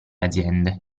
aziende